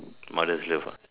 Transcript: mother's love ah